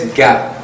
gap